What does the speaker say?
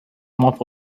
mop